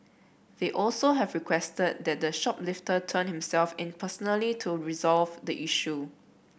they also have requested that the shoplifter turn himself in personally to resolve the issue